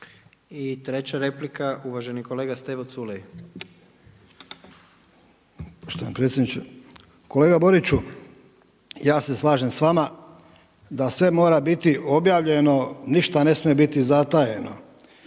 I treća replika, uvaženi kolega Stevo Culej. **Culej, Stevo (HDZ)** Kolega Boriću, ja se slažem s vama da sve mora biti objavljeno, ništa ne smije biti zatajeno.